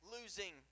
losing